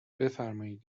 بفرمایید